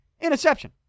Interception